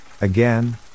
again